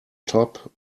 top